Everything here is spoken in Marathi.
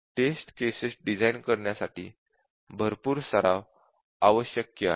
टेस्ट केसेस डिझाईन करण्यासाठी भरपूर सराव आवश्यक आहे